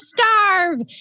starve